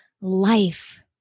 life